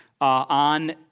on